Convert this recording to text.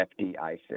FDIC